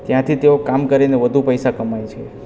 ત્યાંથી તેઓ કામ કરીને વધુ પૈસા કમાય છે